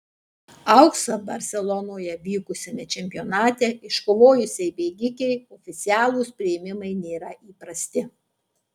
auksą barselonoje vykusiame čempionate iškovojusiai bėgikei oficialūs priėmimai nėra įprasti